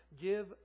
give